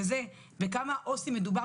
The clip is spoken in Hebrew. וזה בכמה עו"סים מדובר,